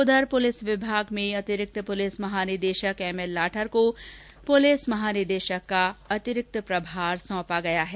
उधर पुलिस विभाग में अतिरिक्त पुलिस महानिदेशक एमएल लाठर को पुलिस महानिदेशक का अतिरिक्त प्रभार सौंपा गया है